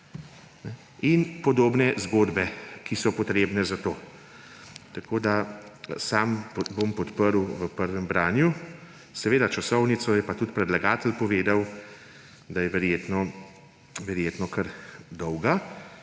in podobne zgodbe, ki so potrebne za to. Sam bom podprl v prvem branju. Za časovnico je pa tudi predlagatelj povedal, da je verjetno kar dolga,